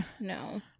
No